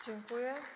Dziękuję.